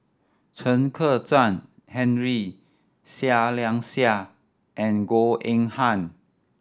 Chen Kezhan Henri Seah Liang Seah and Goh Eng Han